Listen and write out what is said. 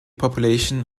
population